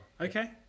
Okay